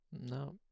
No